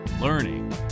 learning